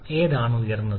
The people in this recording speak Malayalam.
ഏതാണ് ഉയർന്നത്